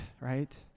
right